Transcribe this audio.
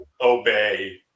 obey